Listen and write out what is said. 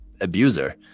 abuser